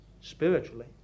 spiritually